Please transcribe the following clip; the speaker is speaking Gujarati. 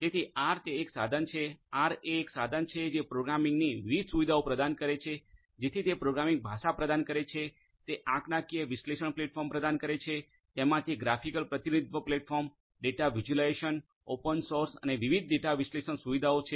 તેથી આર તે એક સાધન છે આર એ એક સાધન છે જે પ્રોગ્રામિંગની વિવિધ સુવિધાઓ પ્રદાન કરે છે જેથી તે પ્રોગ્રામિંગ ભાષા પ્રદાન કરે છે તે આંકડાકીય વિશ્લેષણ પ્લેટફોર્મ પ્રદાન કરે છે તેમાં ગ્રાફિકલ પ્રતિનિધિત્વ platform data visualisation open source અને વિવિધ ડેટા વિશ્લેષણ સુવિધાઓ છે